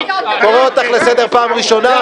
--- אני קורא אותך לסדר פעם ראשונה.